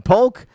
Polk